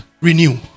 renew